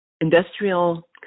industrial